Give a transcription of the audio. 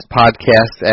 podcast